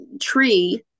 tree